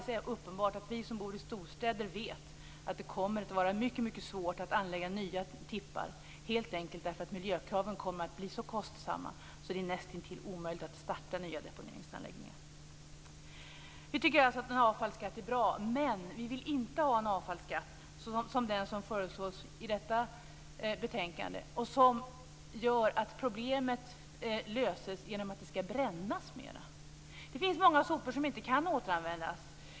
Som vi som bor i storstäder vet kommer det nämligen att bli mycket svårt att anlägga nya tippar, helt enkelt därför att miljökraven kommer att vara så kostsamma att det blir nästintill omöjligt att starta nya deponeringsanläggningar. Vi tycker alltså att en avfallsskatt är bra. Men vi vill inte ha en avfallsskatt som den som föreslås i detta betänkande, som innebär att problemet löses genom att man bränner mer. Det finns många sopor som inte kan återanvändas.